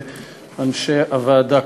ולאנשי הוועדה,